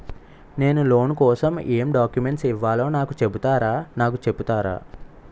నేను లోన్ కోసం ఎం డాక్యుమెంట్స్ ఇవ్వాలో నాకు చెపుతారా నాకు చెపుతారా?